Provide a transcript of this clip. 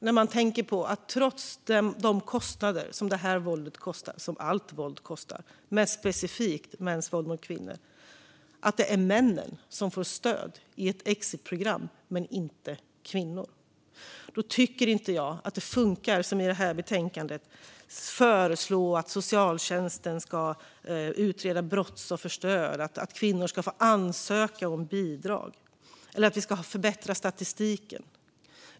När man tänker på kostnaderna för våldet, specifikt mäns våld mot kvinnor, ter det sig lite fånigt, tycker jag, att det är männen som får stöd i ett exitprogram men inte kvinnor. Då tycker inte jag att det funkar att, som i detta betänkande, föreslå att socialtjänsten ska utreda brottsofferstöd, att kvinnor ska få ansöka om bidrag eller att vi ska förbättra statistiken.